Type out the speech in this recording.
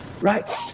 right